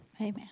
amen